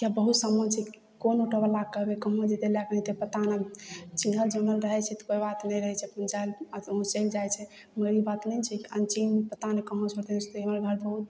किए बहुत सामान छै कोन ऑटोबलाके कहबै कहाँ जेतै लएके जेतै पता नहि चिन्हल जानल रहै छै तऽ कोइ बात नहि रहै छै पहुँचाइमे आसानी रहै छै कोनो ई बात नहि छै कि अनचिन्ह पता नहि कहाँ से हेतै से हमर घर बहुत